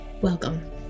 Welcome